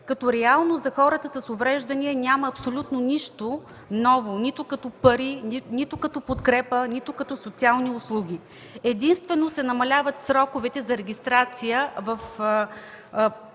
като реално за хората с увреждания няма абсолютно нищо ново – нито като пари, нито като подкрепа, нито като социални услуги. Намаляват се единствено сроковете за регистрация при